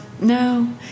no